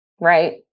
Right